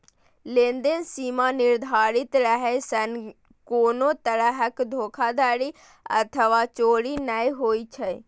लेनदेन सीमा निर्धारित रहै सं कोनो तरहक धोखाधड़ी अथवा चोरी नै होइ छै